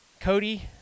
cody